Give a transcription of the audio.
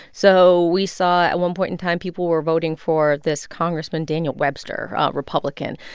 so we saw at one point in time people were voting for this congressman, daniel webster, a republican.